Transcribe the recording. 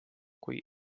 kui